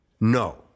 No